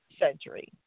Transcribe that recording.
century